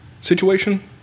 situation